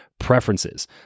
preferences